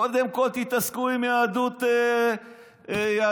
קודם כול תתעסקו עם יהדות אתיופיה.